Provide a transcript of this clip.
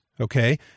Okay